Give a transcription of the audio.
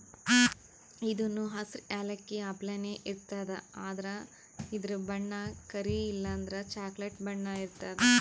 ಇದೂನು ಹಸ್ರ್ ಯಾಲಕ್ಕಿ ಅಪ್ಲೆನೇ ಇರ್ತದ್ ಆದ್ರ ಇದ್ರ್ ಬಣ್ಣ ಕರಿ ಇಲ್ಲಂದ್ರ ಚಾಕ್ಲೆಟ್ ಬಣ್ಣ ಇರ್ತದ್